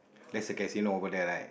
as you can see know over there right